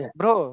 bro